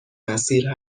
مسیر